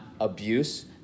abuse